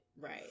Right